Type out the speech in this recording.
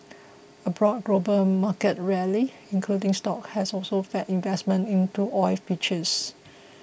a broad global market rally including stocks has also fed investment into oil futures